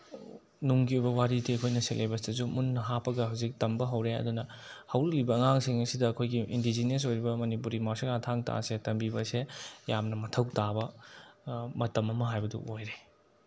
ꯅꯨꯡꯒꯤ ꯑꯣꯏꯕ ꯋꯥꯔꯤꯗꯤ ꯑꯩꯈꯣꯏꯅ ꯁꯤꯂꯦꯕꯁꯇꯁꯨ ꯃꯨꯟꯅ ꯍꯥꯞꯄꯒ ꯍꯧꯖꯤꯛ ꯇꯝꯕ ꯍꯧꯔꯦ ꯑꯗꯨꯅ ꯍꯧꯔꯛꯂꯤꯕ ꯑꯉꯥꯡꯁꯤꯡ ꯑꯁꯤꯗ ꯑꯩꯈꯣꯏꯒꯤ ꯏꯟꯗꯤꯖꯤꯅ꯭ꯌꯁ ꯑꯣꯏꯕ ꯃꯅꯤꯄꯨꯔꯤ ꯃꯥꯔꯁꯤꯌꯦꯜ ꯑꯥꯔꯠ ꯊꯥꯡ ꯇꯥꯁꯦ ꯇꯝꯕꯤꯕ ꯑꯁꯦ ꯌꯥꯝꯅ ꯃꯊꯧ ꯇꯥꯕ ꯃꯇꯝ ꯑꯃ ꯍꯥꯏꯕꯗꯨ ꯑꯣꯏꯔꯦ